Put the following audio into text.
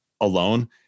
alone